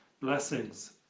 Blessings